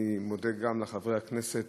אני מודה גם לחברי הכנסת